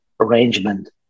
arrangement